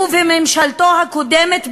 הוא וממשלתו הקודמת,